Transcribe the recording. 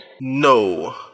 no